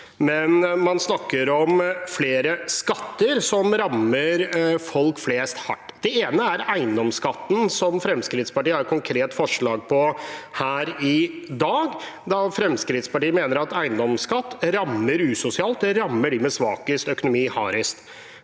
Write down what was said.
Man snakker om flere skatter som rammer folk flest hardt. Det ene er eiendomsskatten, som Fremskrittspartiet har et konkret forslag på her i dag, da Fremskrittspartiet mener at eiendomsskatt rammer usosialt, det rammer dem med svakest økonomi hardest.